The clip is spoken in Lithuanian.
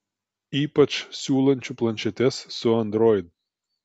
ypač siūlančių planšetes su android